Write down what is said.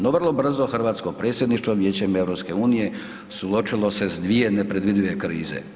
No vrlo brzo Hrvatsko predsjedništvo Vijećem EU suočilo se s dvije nepredvidive krize.